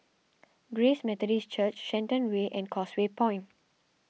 Grace Methodist Church Shenton Way and Causeway Point